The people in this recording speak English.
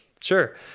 Sure